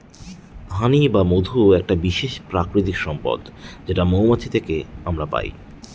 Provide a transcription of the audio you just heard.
হানি বা মধু একটা বিশেষ প্রাকৃতিক সম্পদ যেটা মৌমাছি থেকে আমরা পাই